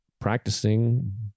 practicing